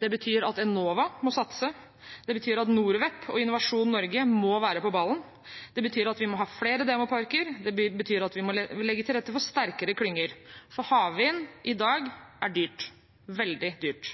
Det betyr at Enova må satse, og det betyr at Norwep og Innovasjon Norge må være på ballen. Det betyr at vi må ha flere demoparker, og det betyr at vi må legge til rette for sterkere klynger. For havvind i dag er dyrt, veldig dyrt.